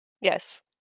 yes